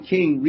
King